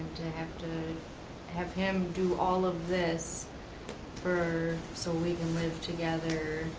have to have him do all of this for so we can live together,